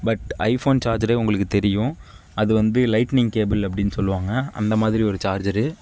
but iPhone charger உங்களுக்கு தெரியும் அது வந்து லைட்னிங் கேபிள் அப்படினு சொல்வாங்க அந்தமாதிரி ஒரு சார்ஜரு